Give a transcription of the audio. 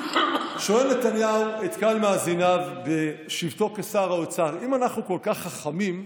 שואל נתניהו את קהל מאזיניו בשבתו כשר האוצר: אם אנחנו כל כך חכמים,